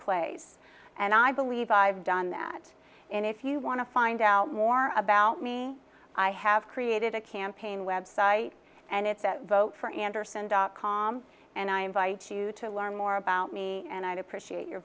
place and i believe i've done that and if you want to find out more about me i have created a campaign website and if that vote for anderson dot com and i invite you to learn more about me and i'd appreciate your